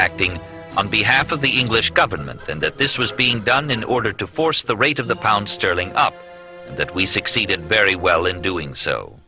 acting on behalf of the english government and that this was being done in order to force the rate of the pound sterling up that we succeeded very well in doing so